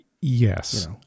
Yes